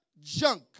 Junk